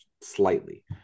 slightly